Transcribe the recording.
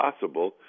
possible